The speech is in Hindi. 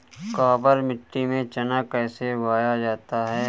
काबर मिट्टी में चना कैसे उगाया जाता है?